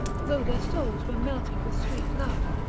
though their souls were melted with sweet love,